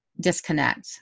disconnect